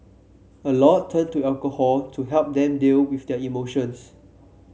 a lot turn to alcohol to help them deal with their emotions